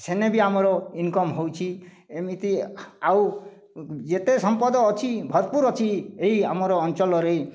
ସେନେ ବି ଆମର ଇନକମ୍ ହେଉଛି ଏମିତି ଆଉ ଯେତେ ସମ୍ପଦ ଅଛି ଭରପୁର ଅଛି ଏଇ ଆମର ଅଞ୍ଚଳରେ